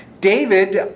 David